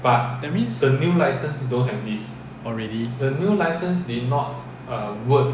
that means oh really